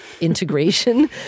integration